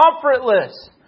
comfortless